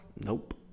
Nope